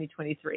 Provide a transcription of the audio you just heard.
2023